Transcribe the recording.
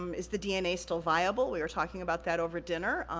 um is the dna still viable? we were talking about that over dinner.